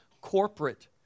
corporate